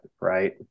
right